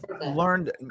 learned